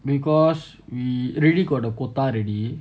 because we really got the quota already